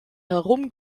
herum